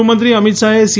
ગૃહમંત્રી અમિત શાહે સી